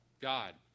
God